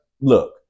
look